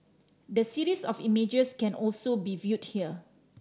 the series of images can also be viewed here